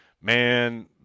man